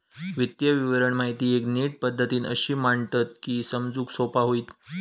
वित्तीय विवरण माहिती एक नीट पद्धतीन अशी मांडतत की समजूक सोपा होईत